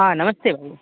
हाँ नमस्ते भाय